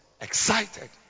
excited